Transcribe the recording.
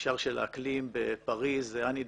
מנשר של האקלים בפריז היא אן הידלגו,